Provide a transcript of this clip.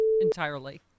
entirely